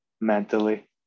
mentally